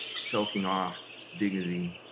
choking off dignity,